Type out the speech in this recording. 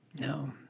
No